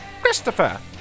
Christopher